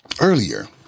earlier